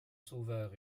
sauveur